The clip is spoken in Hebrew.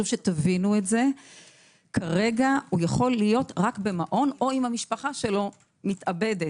הוא יכול להיות רק במעון או אם המשפחה שלו מתאבדת,